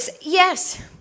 Yes